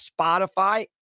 Spotify